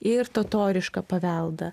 ir totorišką paveldą